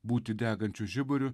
būti degančiu žiburiu